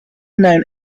known